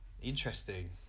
interesting